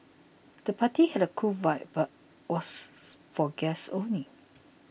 the party had a cool vibe but was for guests only